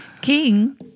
King